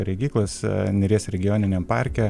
regyklos neries regioniniam parke